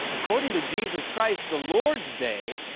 according to jesus christ, the lord's day,